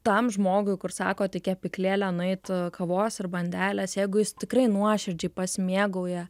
tam žmogui kur sakot į kepyklėlę nueit kavos ir bandelės jeigu jis tikrai nuoširdžiai pasimėgauja